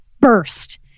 burst